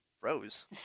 froze